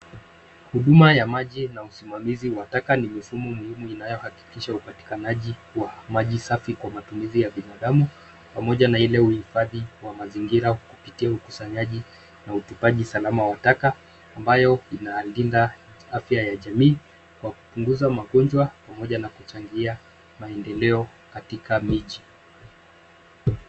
Huduma ya maji na usimamizi wa taka ni misimu muhimu inayohakikisha upatikanaji wa maji safi kwa matumizi ya binadamu pamoja na ile uhifadhi wa mazingira kupitia ukusanyaji na utupaji salama wa taka ambayo inalinda afya ya jamii kwa kupunguza magonjwa pamoja na kujangia maendeleo katika miji.